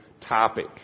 topic